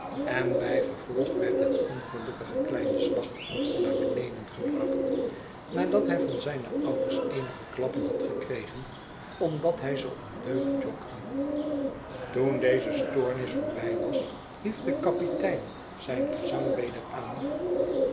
en bij gevolg werd het ongelukkige kleine slachtoffer naar beneden gebracht nadat hij van zijne ouders eenige klappen had gekregen omdat hij zoo ondeugend jokte toen deze stoornis voorbij was hief de kapitein zijn gezang weder aan